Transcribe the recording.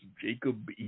Jacob